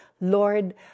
Lord